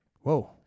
whoa